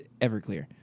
Everclear